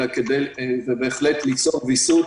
אלא כדי בהחלט ליצור ויסות